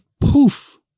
poof